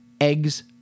eggs